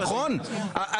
עוד לא עברנו להצבעה.